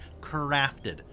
crafted